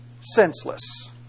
senseless